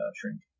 Shrink